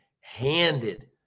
handed